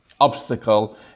obstacle